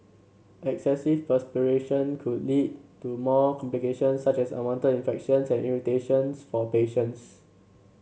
excessive perspiration could lead to more complications such as unwanted infections and irritations for patients